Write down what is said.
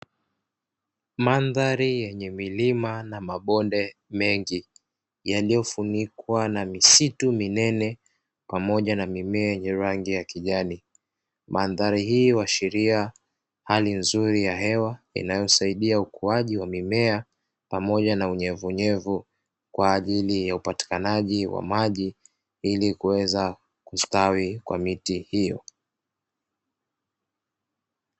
Mandhari yenye milima na mabonde mengi yaliofunikwa na misitu minene pamoja na mimea yenye rangi ya kijani, mandhari hii huashiria hali nzuri ya hewa inayosaidia ukuaji wa mimea pamoja na unyevunyevu; kwa ajili ya upatikanaji wa maji ili kuweza kustawi kwa miti hiyo.